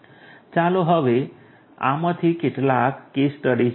ચાલો હવે આમાંથી કેટલાક કેસ સ્ટડીઝ જોઈએ